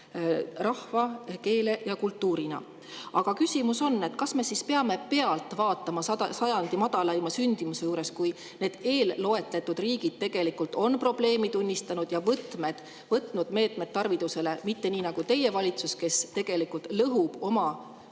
rahva, keele ja kultuurina. Aga küsimus on, kas me peame pealt vaatama sajandi madalaima sündimuse juures, kuidas need eelloetletud riigid on tegelikult probleemi tunnistanud ja võtnud meetmeid tarvitusele, mitte nii nagu teie valitsus, kes tegelikult lõhub oma kärpekavadega